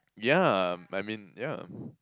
yeah I mean yeah